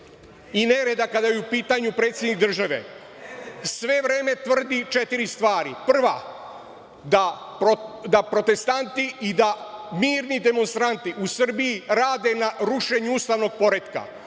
i nereda kada je u pitanju predsednik države. Sve vreme tvrdi četiri stvari. Prva – da protestanti i da mirni demonstranti u Srbiji rade na rušenju ustavnog poretka.